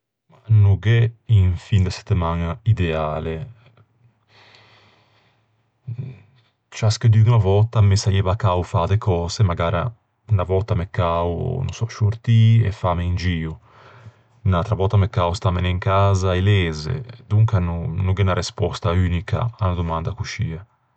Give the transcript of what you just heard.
No gh'é un fin de settemaña ideale. Ciascheduña vòtta me saieiva cao fâ de cöse. Magara unna vòtta m'é cao, no sò, sciortî e fâme un gio. Unn'atra vòtta m'é cao stâmene in casa e leze. Donca no, no gh'é unna respòsta unica à unna domanda coscie.